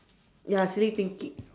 ya silly thinking